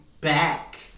back